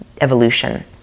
evolution